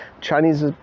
chinese